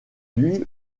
lui